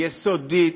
יסודית,